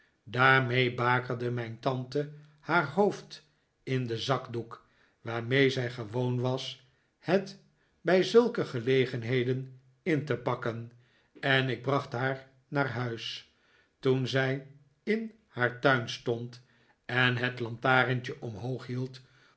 daarmee bakerde mijn tante haar hoofd in den zakdoek waarmee zij gewoon was het bij zulke gelegenheden in te pakken en ik bracht haar naar huis toen zij in haar tuin stond en het lantarentje omhoog hield